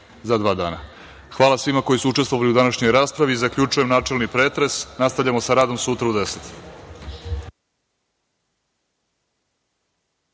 dana. Hvala svima koji su učestvovali u današnjoj raspravi. Zaključujem načelni pretres. Nastavljamo sa radom sutra u 10.00